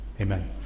amen